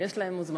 יש להם עוד זמן.